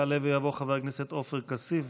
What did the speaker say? יעלה ויבוא חבר הכנסת עופר כסיף,